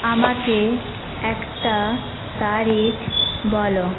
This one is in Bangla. আমাকে একটা তারিখ বলো